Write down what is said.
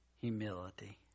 humility